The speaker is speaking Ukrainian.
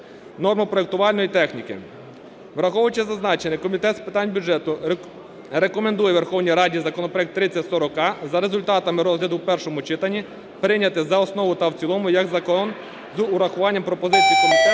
нормопроектувальної техніки. Враховуючи зазначене, Комітет з питань бюджету рекомендує Верховній Раді законопроект 3040а за результатами розгляду в першому читанні прийняти за основу та в цілому як закон з урахуванням пропозицій комітету,